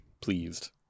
pleased